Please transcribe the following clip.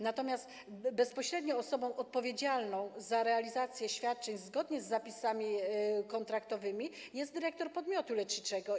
Natomiast osobą bezpośrednio odpowiedzialną za realizację świadczeń zgodnie z zapisami kontraktowymi jest dyrektor podmiotu leczniczego.